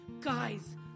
Guys